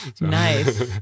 Nice